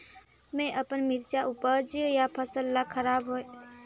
मैं अपन मिरचा ऊपज या फसल ला खराब होय के पहेली कतका समय तक गोदाम म रख सकथ हान ग?